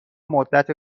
مدت